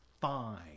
fine